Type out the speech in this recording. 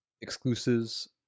exclusives